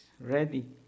ready